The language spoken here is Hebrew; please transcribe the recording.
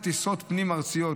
טיסות פנים ארציות,